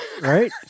Right